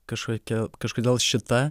kažkokia kažkodėl šita